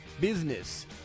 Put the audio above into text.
Business